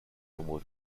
nombre